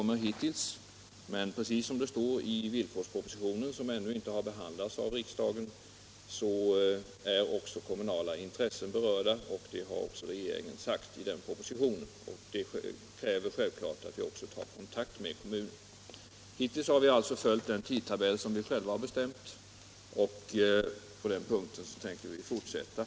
Men som regeringen säger i villkorspropositionen, som ännu inte har behandlats av riksdagen, är också kommunala intressen berörda. Det kräver självfallet att vi också tar kontakt med kommunen. Hittills har vi följt en tidtabell som vi själva har bestämt. Så tänker vi fortsätta att handla på den punkten.